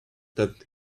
that